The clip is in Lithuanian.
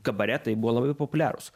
kabaretai buvo labai populiarūs